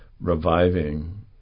reviving